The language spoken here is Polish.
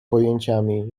pojęciami